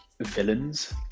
villains